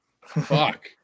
fuck